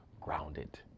grounded